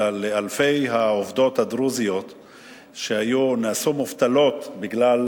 אלא לאלפי העובדות הדרוזיות שנעשו מובטלות בגלל